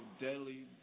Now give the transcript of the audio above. deadly